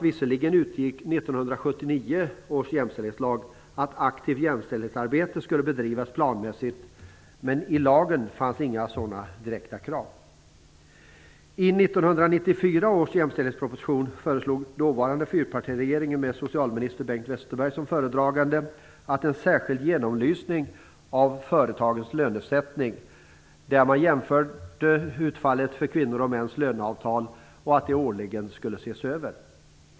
Visserligen utgick 1979 års jämställdhetslag ifrån att aktivt jämställdhetsarbete planmässigt skulle bedrivas, men i lagen fanns inga sådana direkta krav. Bengt Westerberg som föredragande att en särskild genomlysning av företagens lönesättning skulle göras. Man skulle då årligen se över och jämföra utfallet av kvinnors och mäns löneavtal.